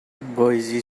bawi